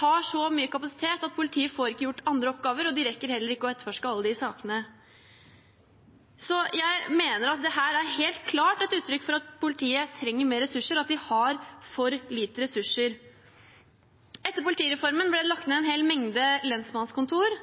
tar så mye kapasitet at politiet ikke får gjort andre oppgaver, og de rekker heller ikke å etterforske alle sakene. Jeg mener at dette helt klart er et uttrykk for at politiet trenger mer ressurser, og at de har for lite ressurser. Etter politireformen ble det lagt ned en hel mengde lensmannskontor,